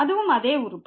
அதுவும் அதே உறுப்பு